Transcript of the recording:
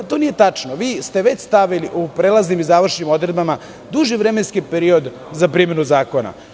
To nije tačno, vi ste već stavili u prelaznim i završnim odredbama duži vremenski period za primenu zakona.